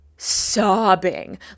sobbing